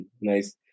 nice